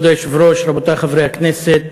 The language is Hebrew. כבוד היושב-ראש, רבותי חברי הכנסת,